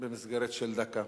במסגרת דקה.